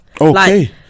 Okay